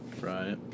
Right